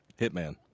Hitman